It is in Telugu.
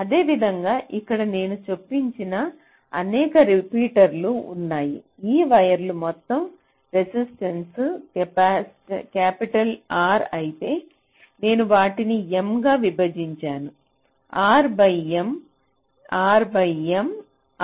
అదేవిధంగా ఇక్కడ నేను చొప్పించిన అనేక రిపీటర్లు ఉన్నాయి ఈ వైర్లు మొత్తం రెసిస్టెంట్స్ క్యాపిటల్ R అయితే నేను వాటిని M గా విభజించాను R by M R by M R by M